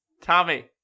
Tommy